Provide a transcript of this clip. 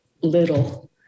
little